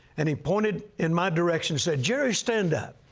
and he pointed in my direction, said, jerry, stand up.